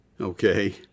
Okay